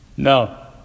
No